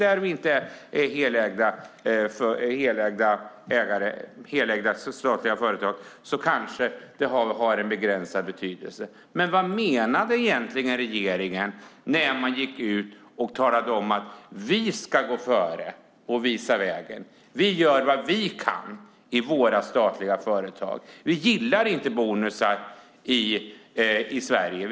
Är det inte helägda statliga företag har det kanske en begränsad betydelse. Vad menade regeringen när man gick ut och sade: Vi ska gå före och visa vägen. Vi gör vad vi kan i våra statliga företag. Vi gillar inte bonusar i Sverige.